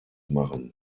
machen